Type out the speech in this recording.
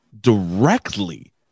directly